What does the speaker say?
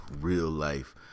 real-life